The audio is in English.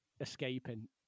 escaping